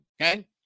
okay